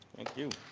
thank you.